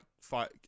fight